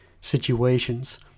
situations